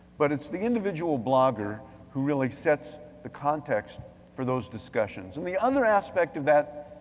but it's the individual blogger who really sets the context for those discussions. and the other aspect of that